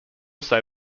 say